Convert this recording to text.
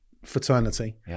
Fraternity